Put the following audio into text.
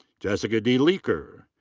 jessica d. leeker.